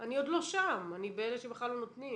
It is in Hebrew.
אני עוד לא שם, אני באלה שבכלל לא נותנים.